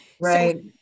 Right